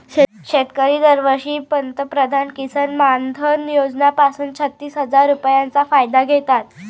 शेतकरी दरवर्षी पंतप्रधान किसन मानधन योजना पासून छत्तीस हजार रुपयांचा फायदा घेतात